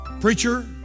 Preacher